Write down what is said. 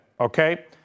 okay